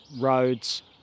roads